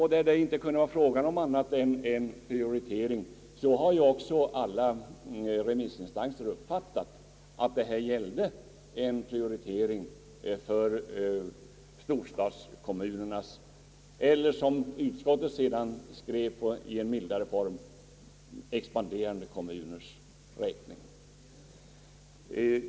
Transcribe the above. Här kan det inte vara fråga om annat än en Pprioritering, och så har ju också alla remissinstanser uppfattat saken; en prioritering för storstadskommunernas, eller som utskottet till slut skrev i en mildare form, »de expanderande kommunernas» räkning.